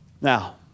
Now